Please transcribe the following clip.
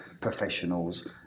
professionals